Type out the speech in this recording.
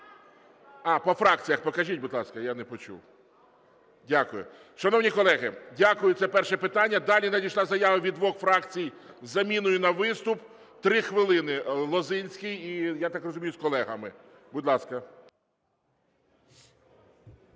По фракціях покажіть, будь ласка. Я не почув. Дякую. Шановні колеги, дякую. Це перше питання. Далі надійшла заява від двох фракцій з заміною на виступ. 3 хвилини – Лозинський і, я так розумію, з колегами. Будь ласка.